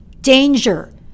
danger